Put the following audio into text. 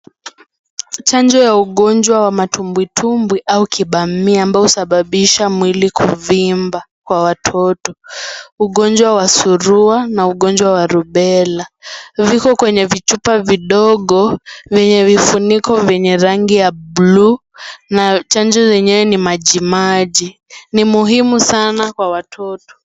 Chanjo ya ugonjwa wa matumbwitumbwi au kipamia ambao husababisha mwili kuvimba Kwa watoto, ugonjwa wa surua na ugonjwa wa rubella ,viko kwenye vichupa vidogo venye vifuniko venye rangi ya bluu na chanjo lenyewe ni majimaji. NI muhimu Sana Kwa watoto.